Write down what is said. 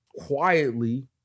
quietly